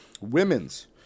women's